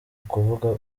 ukuvuga